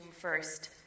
first